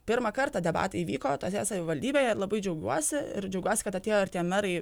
pirmą kartą debatai įvyko tose savivaldybėje labai džiaugiuosi ir džiaugiuosi kad atėjo ir tie merai